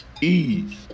ease